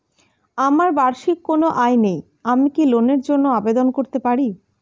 আমার বার্ষিক কোন আয় নেই আমি কি লোনের জন্য আবেদন করতে পারি?